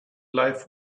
life